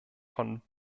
von